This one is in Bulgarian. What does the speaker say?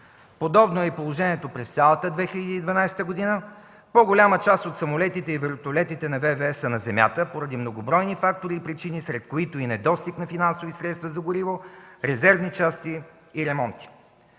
Подобно е положението и през цялата 2012 г. По-голяма част от самолетите и вертолетите на ВВС са на земята, поради многобройни фактори и причини, сред които и недостиг на финансови средства за гориво, резервни части и ремонти.